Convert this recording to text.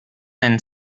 and